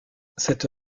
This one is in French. cette